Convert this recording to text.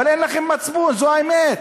אבל אין לכם מצפון, זו האמת,